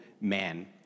man